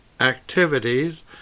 activities